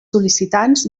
sol·licitants